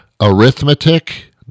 Arithmetic